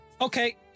Okay